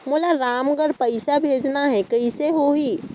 मोला रायगढ़ पइसा भेजना हैं, कइसे होही?